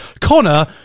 Connor